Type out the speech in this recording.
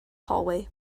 hallway